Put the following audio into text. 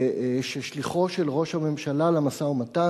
וששליחו של ראש הממשלה למשא-ומתן,